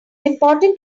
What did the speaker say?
important